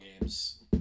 games